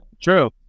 True